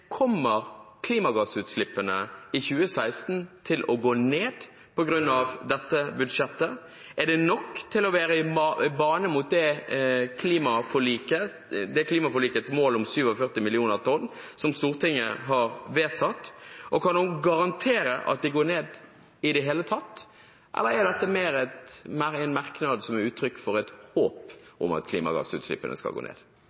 Kommer klimagassutslippene i 2016 til å gå ned på grunn av dette budsjettet? Er det nok til å være i bane i retning klimaforlikets mål om 47 millioner tonn som Stortinget har vedtatt, og kan hun garantere at det går ned i det hele tatt? Eller er dette mer en merknad som er uttrykk for et håp om at klimagassutslippene skal gå ned?